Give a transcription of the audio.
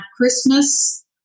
Christmas